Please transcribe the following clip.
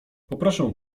poproszę